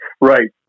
Right